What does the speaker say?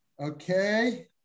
Okay